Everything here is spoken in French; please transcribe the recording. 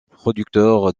producteurs